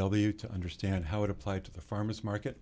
w to understand how it applied to the farmer's market